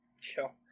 Sure